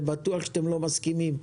בטוח שאתם לא מסכימים.